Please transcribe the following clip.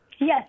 Yes